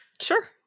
Sure